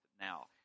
now